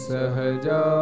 Sahaja